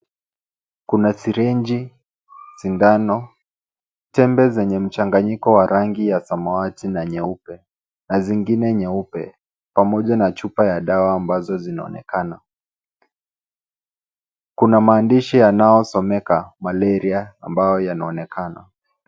Kuna sirinji, sindano, tembe zenye mchanganyiko wa rangi ya samawati na nyeupe na zingine nyeupe pamoja na chupa ya dawa ambazo zinaonekana. Kuna maandishi yanayosomeka Malaria ambao yanaonekana.